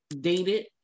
dated